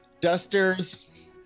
dusters